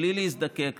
בלי להזדקק,